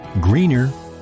greener